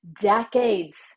decades